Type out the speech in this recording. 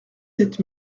sept